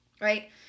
right